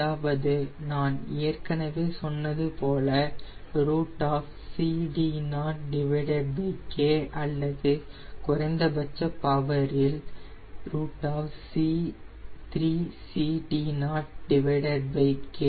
அதாவது நான் ஏற்கனவே சொன்னதுபோலCD0K அல்லது குறைந்தபட்ச பவரில் 3CD0K